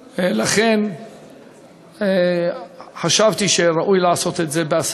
לכן חשבתי שראוי לעשות את זה כך